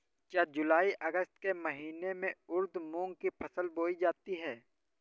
क्या जूलाई अगस्त के महीने में उर्द मूंग की फसल बोई जाती है?